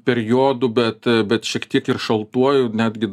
periodu bet bet šiek tiek ir šaltuoju netgi